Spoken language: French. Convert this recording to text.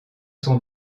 son